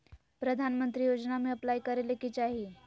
प्रधानमंत्री योजना में अप्लाई करें ले की चाही?